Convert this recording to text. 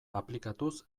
aplikatuz